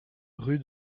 rue